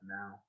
now